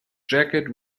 jacket